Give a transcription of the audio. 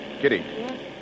Kitty